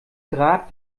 grad